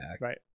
Right